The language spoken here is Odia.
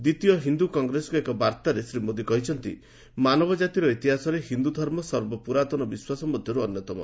ଦ୍ୱିତୀୟ ହିନ୍ଦୁ କଂଗ୍ରେସକୁ ଏକ ବାର୍ତ୍ତାରେ ଶ୍ରୀ ମୋଦି କହିଛନ୍ତି ମାନବଜାତିର ଇତିହାସରେ ହିନ୍ଦୁଧର୍ମ ସର୍ବପୁରାତନ ବିଶ୍ୱାସ ମଧ୍ୟରୁ ଅନ୍ୟତମ